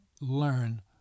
learn